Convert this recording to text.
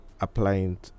applying